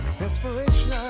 Inspiration